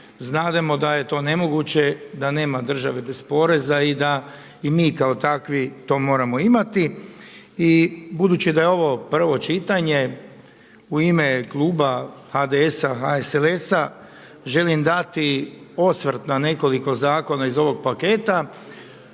znademo da je to nemoguće, da nema države bez poreza i da mi kao takvi to moramo imati. I budući da je ovo prvo čitanje u ime kluba HDS-a, HSLS-a želim dati osvrt na nekoliko zakona iz ovog paketa,